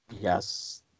Yes